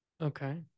Okay